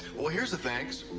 well, here's a thanks.